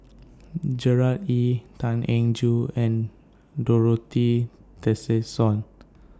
Gerard Ee Tan Eng Joo and Dorothy Tessensohn